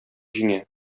җиңә